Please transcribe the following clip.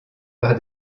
par